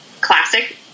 classic